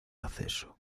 acceso